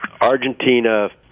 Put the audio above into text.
argentina